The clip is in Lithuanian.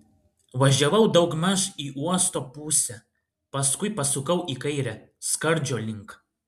važiavau daugmaž į uosto pusę paskui pasukau į kairę skardžio link